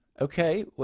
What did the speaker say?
okay